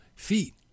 feet